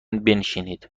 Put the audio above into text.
بنشینید